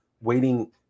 waiting